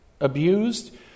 abused